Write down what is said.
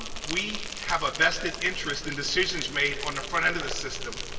we have a vested interest in decisions made on the front end of the system.